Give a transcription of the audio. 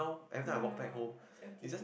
no no no it's empty